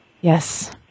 Yes